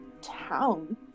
town